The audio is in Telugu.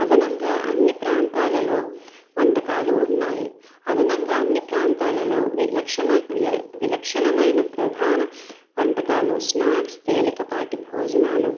అదనంగా అన్ని ప్రాంతాలలో వంటకాలు ఉన్నాయి అదనంగా అన్ని ప్రాంతాలలో విలక్షణ విల విలక్షణమైన ప్రధాన వంటకాలు స్నాక్స్ తేలికపాటి భోజనాలు